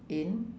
in